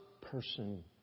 person